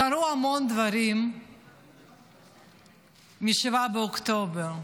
קרו המון דברים מ-7 באוקטובר,